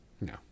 No